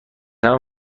همه